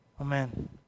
Amen